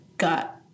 got